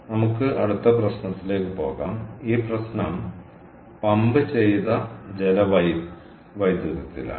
നമുക്ക് അടുത്ത പ്രശ്നത്തിലേക്ക് പോകാം ഈ പ്രശ്നം പമ്പ് ചെയ്ത ജലവൈദ്യുതത്തിലാണ്